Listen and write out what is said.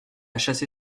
chassé